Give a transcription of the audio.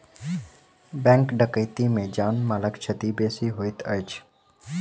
bank डकैती मे जान मालक क्षति बेसी होइत अछि